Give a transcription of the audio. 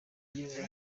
yagize